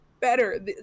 better